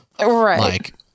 right